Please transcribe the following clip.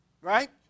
Right